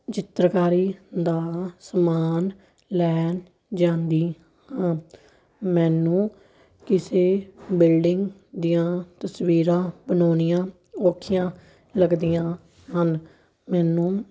ਚਿੱਤਰਕਾਰੀ ਦਾ ਸਮਾਨ ਲੈਣ ਜਾਂਦੀ ਹਾਂ ਮੈਨੂੰ ਕਿਸੇ ਬਿਲਡਿੰਗ ਦੀਆਂ ਤਸਵੀਰਾਂ ਬਣਾਉਣੀਆ ਔਖੀਆਂ ਲੱਗਦੀਆਂ ਹਨ ਮੈਨੂੰ